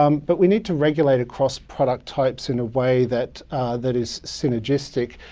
um but we need to regulate across product types in a way that that is synergistic,